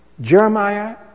Jeremiah